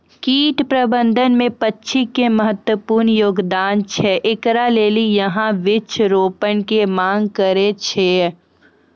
कीट प्रबंधन मे पक्षी के महत्वपूर्ण योगदान छैय, इकरे लेली यहाँ वृक्ष रोपण के मांग करेय छैय?